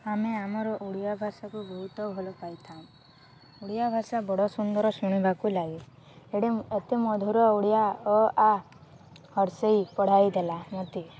ଆମେ ଆମର ଓଡ଼ିଆ ଭାଷାକୁ ବହୁତ ଭଲ ପାଇଥାଉ ଓଡ଼ିଆ ଭାଷା ବଡ଼ ସୁନ୍ଦର ଶୁଣିବାକୁ ଲାଗେ ଏଠି ଏତେ ମଧୁର ଓଡ଼ିଆ ଅ ଆ ହର୍ଷେଇ ପଢ଼ାଇ ଦେଲା ମୋତେ